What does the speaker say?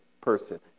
person